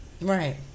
Right